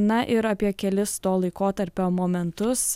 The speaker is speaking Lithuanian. na ir apie kelis to laikotarpio momentus